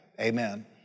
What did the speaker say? Amen